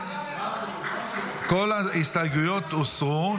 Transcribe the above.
כל ההסתייגויות הוסרו,